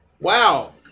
wow